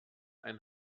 ein